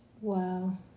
Wow